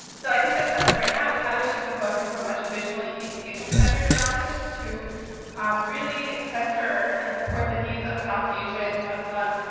so i think the question right now, is how do we shift the focus from a traditional east asian centered analysis to um really center and support the needs of south asian, muslim,